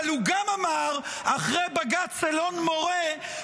אבל הוא גם אמר אחרי בג"ץ אלון מורה,